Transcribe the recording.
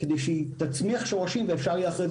כדי שהיא תצמיח שורשים ואפשר יהיה אחר כך